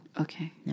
Okay